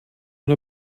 nur